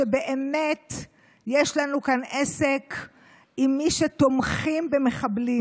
שבאמת יש לנו כאן עסק עם מי שתומכים במחבלים.